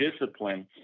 discipline